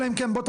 אלא אם כן,